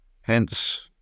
Hence